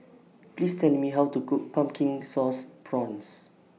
Please Tell Me How to Cook Pumpkin Sauce Prawns